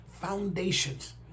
Foundations